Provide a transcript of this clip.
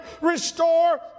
restore